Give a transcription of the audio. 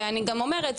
ואני גם אומרת,